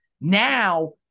Now